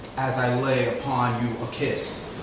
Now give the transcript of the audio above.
as i lay upon you a kiss.